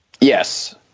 Yes